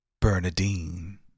Bernadine